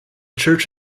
church